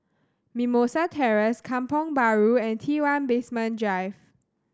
Mimosa Terrace Kampong Bahru and T One Basement Drive